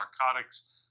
narcotics